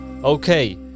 Okay